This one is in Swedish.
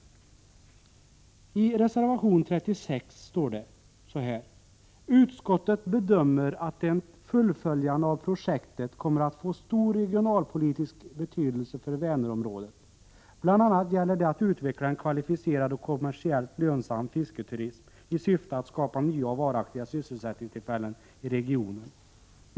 I reservation 36 står det så här: ”Utskottet bedömer att ett fullföljande av projektet kommer att få stor regionalekonomisk betydelse för Vänerområdet. Bl. a. gäller det att utveckla en kvalificerad och kommersiellt lönsam fisketurism i syfte att skapa nya och varaktiga sysselsättningstillfällen i regionen.